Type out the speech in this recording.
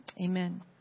amen